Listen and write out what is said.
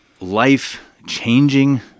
life-changing